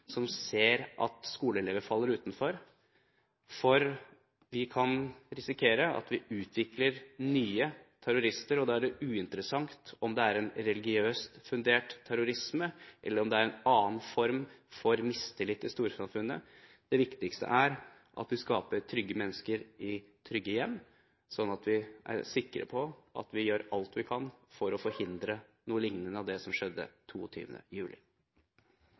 som ser at skoleelever faller utenfor, for vi kan risikere at vi utvikler nye terrorister, og da er det uinteressant om det er en religiøst fundert terrorisme, eller om det er en annen form for mistillit til storsamfunnet. Det viktigste er at vi skaper trygge mennesker i trygge hjem, sånn at vi er sikre på at vi gjør alt vi kan for å forhindre noe lignende som det som skjedde 22. juli.